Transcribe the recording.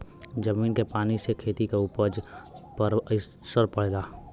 जमीन के पानी से खेती क उपज पर असर पड़ेला